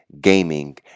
gaming